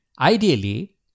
ideally